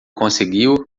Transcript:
conseguiu